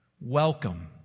welcome